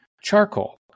charcoal